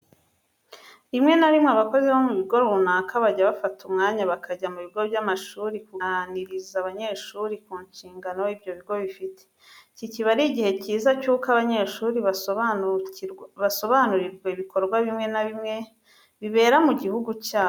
Rimwe na rimwe abakozi bo mu bigo runaka bajya bafata umwanya bakajya mu bigo by'amashuri kuganiriza abanyeshuri ku nshingano ibyo bigo bifite. Iki kiba ari igihe cyiza cy'uko abanyeshuri basobanurirwa ibikorwa bimwe na bimwe bibera mu gihugu cyabo.